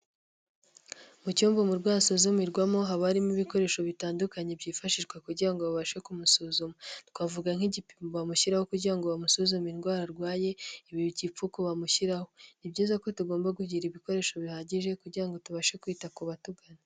Mu cyumba umurwayi asuzumirwamo. Haba harimo ibikoresho bitandukanye byifashishwa kugira ngo babashe kumusuzuma. Twavuga nk'igipimo bamushyiraho kugira ngo bamusuzume indwara arwaye, igipfuko bamushyiraho. Ni byiza ko tugomba kugira ibikoresho bihagije kugira ngo tubashe kwita ku batugana.